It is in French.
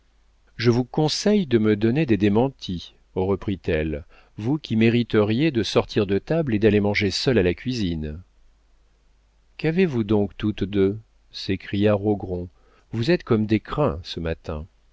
je vous conseille de me donner des démentis reprit-elle vous qui mériteriez de sortir de table et d'aller manger seule à la cuisine qu'avez-vous donc toutes deux s'écria rogron vous êtes comme des crins ce matin